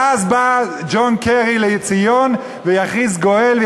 ואז בא ג'ון קרי לציון ויכריז גואל,